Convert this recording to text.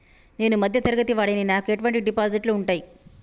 నేను మధ్య తరగతి వాడిని నాకు ఎటువంటి డిపాజిట్లు ఉంటయ్?